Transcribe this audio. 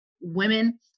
women